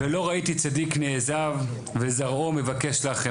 ולא ראיתי צדיק נעזר וזרעו מבקש לחם,